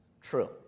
true